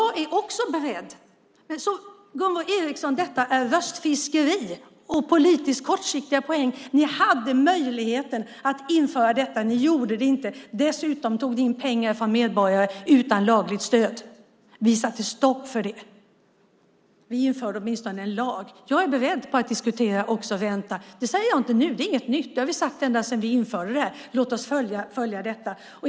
Gunvor G Ericson! Detta är röstfiskeri och kortsiktiga politiska poäng! Ni hade möjligheten att införa detta. Ni gjorde det inte. Dessutom tog ni in pengar från medborgare utan lagligt stöd. Vi satte stopp för det. Vi införde åtminstone en lag. Jag är beredd att diskutera ränta. Det säger jag inte bara nu; det är inget nytt. Det har vi sagt ända sedan vi införde det här. Låt oss följa detta!